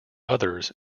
others